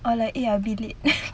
or like eh I'll be late